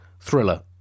thriller